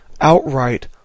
outright